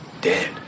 dead